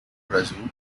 brasil